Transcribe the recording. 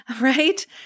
Right